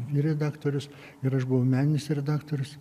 vyr redaktorius ir aš buvau meninis redaktorius